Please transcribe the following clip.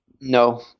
No